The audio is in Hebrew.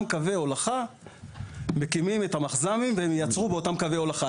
קווי הולכה מקימים את המחז"מים והם ייצרו באותם קווי הולכה.